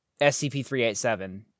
scp-387